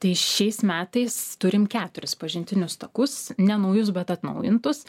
tai šiais metais turim keturis pažintinius takus nenaujus bet atnaujintus